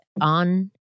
on